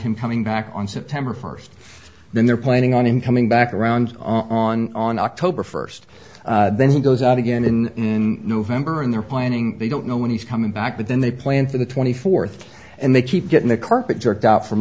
him coming back on september first then they're planning on him coming back around on on october first then he goes out again in november and they're planning they don't know when he's coming back but then they plan for the twenty fourth and they keep getting the carpet jerked out from